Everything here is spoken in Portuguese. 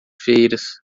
feiras